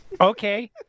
Okay